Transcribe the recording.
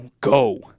go